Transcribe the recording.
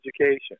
education